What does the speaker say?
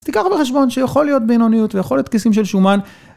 אז תיקח בחשבון שיכול להיות בינוניות, ויכול להיות כיסים של שומן.